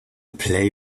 play